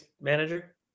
manager